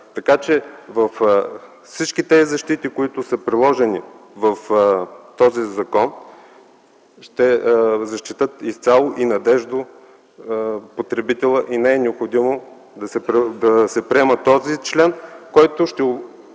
оферта. Всички тези защити, които са приложени в този закон, ще защитят изцяло и надеждно потребителя и не е необходимо да се приема този член, който ще